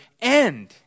end